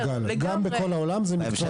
גם בכל העולם זה מקצוע שונה ועדיין קוראים לזה כך.